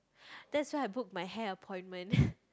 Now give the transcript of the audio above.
that's why I book my hair appointment